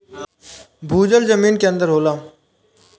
भूजल जमीन के अंदर होला